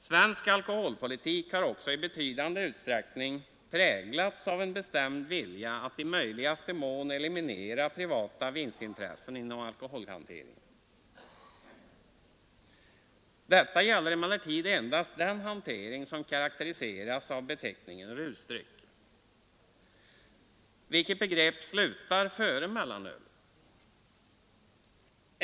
Svensk alkoholpolitik har också i betydande utsträckning präglats av en bestämd vilja att i möjligaste mån eliminera privata vinstintressen inom alkoholhanteringen. Detta gäller emellertid endast den hantering som avser rusdrycker, ett begrepp som inte innefattar mellanölet.